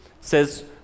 Says